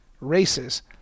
races